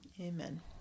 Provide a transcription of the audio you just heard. Amen